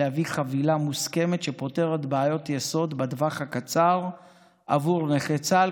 להביא חבילה מוסכמת שפותרת בעיות יסוד בטווח הקצר עבור נכי צה"ל,